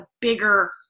bigger